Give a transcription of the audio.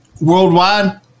Worldwide